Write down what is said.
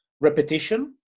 repetition